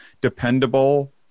dependable